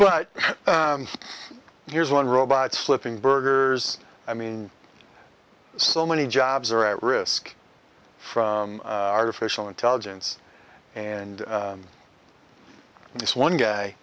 but here's one robots flipping burgers i mean so many jobs are at risk from artificial intelligence and and this one guy